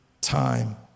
time